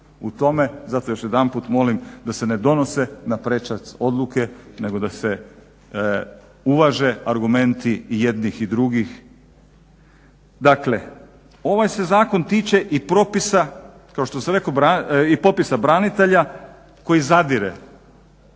U tome zato još jedanput molim da se ne donose na prečac odluke nego da se uvaže argumenti i jednih i drugih. Dakle ovaj se zakon tiče i popisa branitelja koji zadire